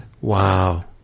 Wow